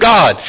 God